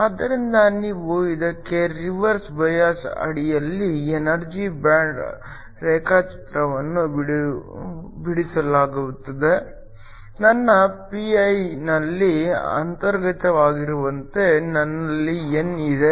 ಆದ್ದರಿಂದ ನೀವು ಇದಕ್ಕೆ ರಿವರ್ಸ್ ಬಯಾಸ್ ಅಡಿಯಲ್ಲಿ ಎನರ್ಜಿ ಬ್ಯಾಂಡ್ ರೇಖಾಚಿತ್ರವನ್ನು ಬಿಡಿಸುವುದಾದರೆ ನನ್ನ pi ನಲ್ಲಿ ಅಂತರ್ಗತವಾಗಿರುವಂತೆ ನನ್ನಲ್ಲಿ n ಇದೆ